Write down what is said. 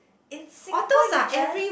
in Singapore you just